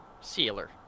sealer